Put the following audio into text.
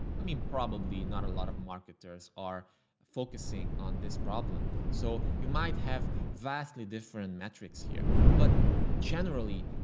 i mean, probably not a lot of marketers are focusing on this problem. so you might have vastly different metrics here. but generally,